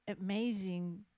amazing